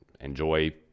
enjoy